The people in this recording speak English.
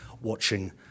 watching